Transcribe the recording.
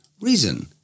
Reason